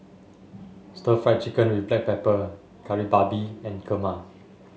Stir Fried Chicken with Black Pepper Kari Babi and Kurma